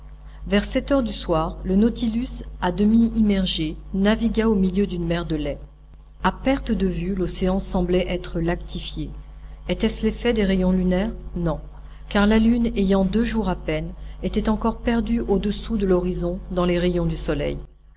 vers sept heures du soir le nautilus à demi immergé navigua au milieu d'une mer de lait a perte de vue l'océan semblait être lactifié était-ce l'effet des rayons lunaires non car la lune ayant deux jours à peine était encore perdue au-dessous de l'horizon dans les rayons du soleil